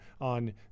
on